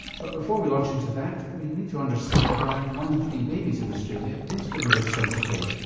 but before we launch into that we need to understand why one in three babies in australia is delivered surgically.